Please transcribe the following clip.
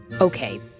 Okay